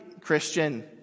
Christian